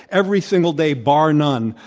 every single day bar none,